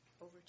Over